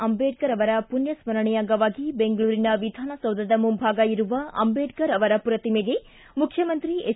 ಅಂಬೇಡ್ಕರ್ ಅವರ ಮಣ್ಯ ಸ್ಗರಣೆ ಅಂಗವಾಗಿ ಬೆಂಗಳೂರಿನ ವಿಧಾನಸೌಧದ ಮುಂಭಾಗ ಇರುವ ಅಂಬೇಡ್ಕರ್ ಪ್ರತಿಮೆಗೆ ಮುಖ್ಯಮಂತ್ರಿ ಎಚ್